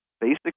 basic